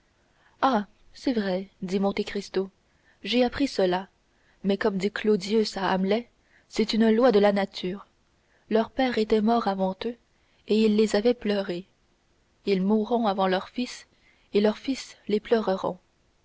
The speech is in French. ah c'est vrai dit monte cristo j'ai appris cela mais comme dit clodius à hamlet c'est une loi de la nature leurs pères étaient morts avant eux et ils les avaient pleurés ils mourront avant leurs fils et leurs fils les